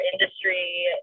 industry